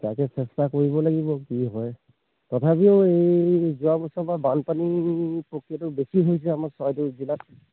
তাকে চেষ্টা কৰিব লাগিব কি হয় তথাপিও এই যোৱা বছৰ পৰা বানপানীৰ প্ৰক্ৰিয়াটো বেছি হৈছে আমাৰ চৰাইদেউ জিলাত